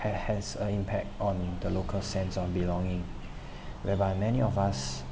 and has a impact on the local sense on belonging whereby many of us